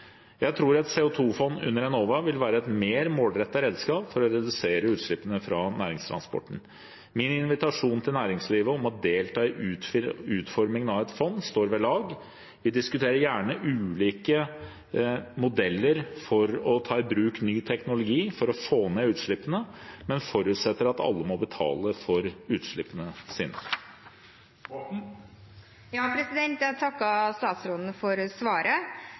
Jeg tror et CO 2 -fond under Enova vil være et mer målrettet redskap for å redusere utslippene fra næringstransporten. Min invitasjon til næringslivet om å delta i utformingen av et fond står ved lag. Vi diskuterer gjerne ulike modeller for å ta i bruk ny teknologi for å få ned utslippene, men forutsetter at alle må betale for utslippene sine. Jeg takker statsråden for svaret.